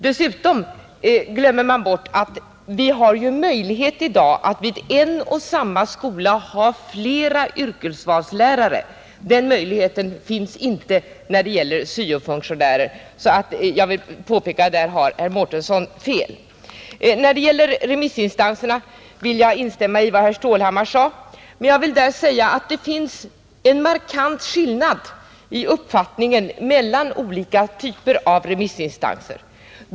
Dessutom glömmer man bort att vi i dag har möjlighet att vid en och samma skola ha flera yrkesvalslärare; den möjligheten finns inte när det gäller syo-funktionärer. Där har alltså herr Mårtensson fel. När det gäller remissinstanserna vill jag instämma i vad herr Stålhammar sade, dock finns det en markant skillnad i uppfattningen hos olika typer av remissinstanser.